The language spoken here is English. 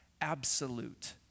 absolute